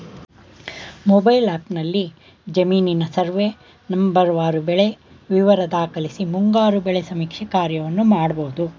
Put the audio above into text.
mobile ಆ್ಯಪ್ನಲ್ಲಿ ಜಮೀನಿನ survey ನಂಬರ್ವಾರು ಬೆಳೆ ವಿವರ ದಾಖಲಿಸಿ ಮುಂಗಾರು ಬೆಳೆ ಸಮೀಕ್ಷೆ ಕಾರ್ಯವನ್ನು ಮಾಡ್ಬೋದು